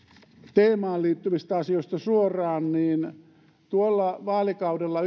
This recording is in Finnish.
teemaan liittyvistä asioista suoraan tuolla vaalikaudella